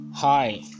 Hi